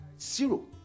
zero